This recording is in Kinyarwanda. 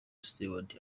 stewart